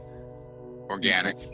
organic